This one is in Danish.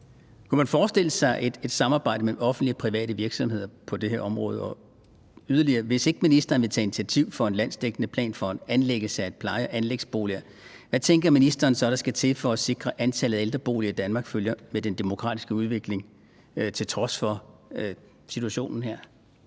Kunne man forestille sig et samarbejde mellem offentlige og private virksomheder på det her område? Og hvis ikke ministeren vil tage initiativ til en landsdækkende plan for anlæggelse af pleje- og ældreboliger, hvad tænker ministeren så der skal til for at sikre, at antallet af ældreboliger i Danmark følger med den demografiske udvikling – til trods for situationen her?